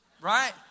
right